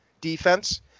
defense